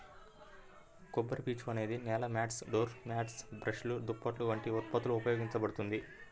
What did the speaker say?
కొబ్బరిపీచు అనేది నేల మాట్స్, డోర్ మ్యాట్లు, బ్రష్లు, దుప్పట్లు వంటి ఉత్పత్తులలో ఉపయోగించబడుతుంది